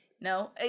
No